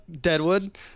Deadwood